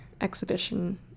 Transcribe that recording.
exhibition